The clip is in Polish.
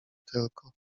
tylko